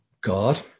God